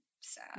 sad